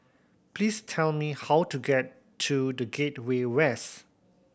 please tell me how to get to The Gateway West